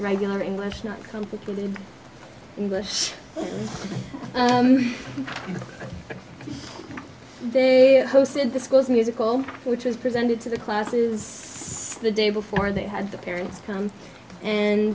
regular english not come with the english because they hosted the schools musical which was presented to the classes the day before they had the parents come and